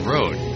Road